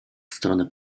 stronę